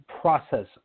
process